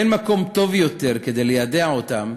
אין מקום טוב יותר כדי ליידע אותם,